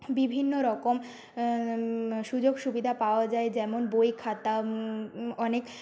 বিভিন্ন রকম সুযোগ সুবিধা পাওয়া যায় যেমন বই খাতা অনেক